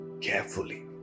carefully